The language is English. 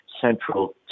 central